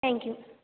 thank you